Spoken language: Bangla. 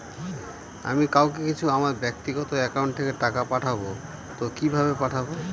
আমি কাউকে কিছু আমার ব্যাক্তিগত একাউন্ট থেকে টাকা পাঠাবো তো কিভাবে পাঠাবো?